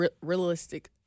realistic